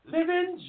Living